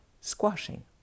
squashing